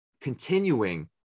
continuing